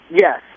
Yes